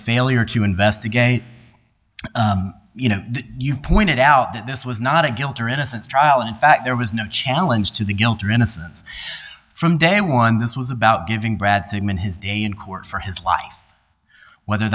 failure to investigate you know you pointed out that this was not a guilt or innocence trial in fact there was no challenge to the guilt or innocence from day one this was about giving brad sigman his day in court for his life whether